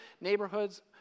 neighborhoods